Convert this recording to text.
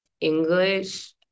English